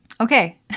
okay